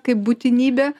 kaip būtinybė